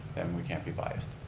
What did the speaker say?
and we can't be biased.